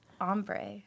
ombre